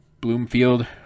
Bloomfield